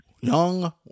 Young